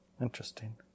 Interesting